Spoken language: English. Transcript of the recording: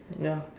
ya